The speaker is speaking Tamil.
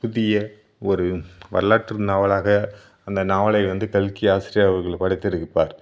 புதிய ஒரு வரலாற்று நாவலாக அந்த நாவலை வந்து கல்கி ஆசிரியர் அவர்கள் படைத்திருப்பார்